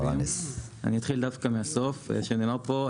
אני אתחיל דווקא מהסוף שנאמר פה.